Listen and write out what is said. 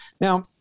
Now